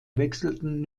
wechselten